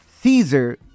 Caesar